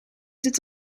dit